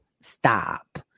Stop